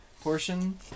portion